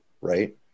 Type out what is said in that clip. right